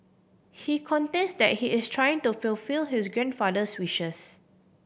he contends that he is trying to fulfil his grandfather's wishes